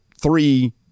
three